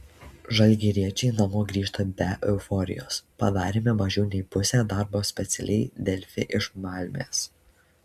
žalgiriečiai namo grįžta be euforijos padarėme mažiau nei pusę darbo specialiai delfi iš malmės